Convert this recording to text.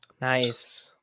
Nice